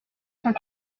cent